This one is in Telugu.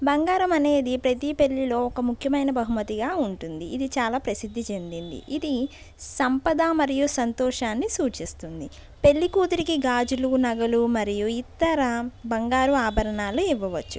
బంగారం అనేది ప్రతి పెళ్ళిలో ఒక ముఖ్యమైన బహుమతిగా ఉంటుంది ఇది చాలా ప్రసిద్ధి చెందింది ఇది సంపద మరియు సంతోషాన్ని సూచిస్తుంది పెళ్ళికూతురికి గాజులు నగలు మరియు ఇతర బంగారు ఆభరణాలు ఇవ్వవచ్చు